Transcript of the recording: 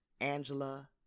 angela